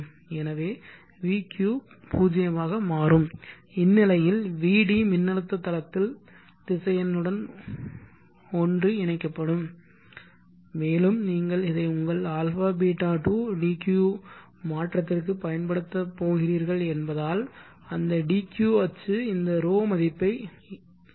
எனவே vq 0 ஆக மாறும் இந்நிலையில் vd மின்னழுத்த தளத்தில் திசையனுடன் ஒன்று இணைக்கப்படும் மேலும் நீங்கள் இதை உங்கள் αβ to dq மாற்றத்திற்கு பயன்படுத்தப் போகிறீர்கள் என்பதால் அந்த dq அச்சு இந்த ρ மதிப்பை எடுக்கும்